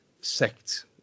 sect